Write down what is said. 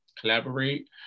collaborate